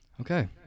okay